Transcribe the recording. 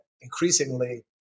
increasingly